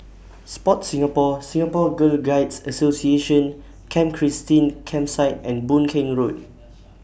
Sport Singapore Singapore Girl Guides Association Camp Christine Campsite and Boon Keng Road